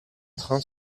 train